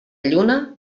lluna